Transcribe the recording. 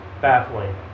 baffling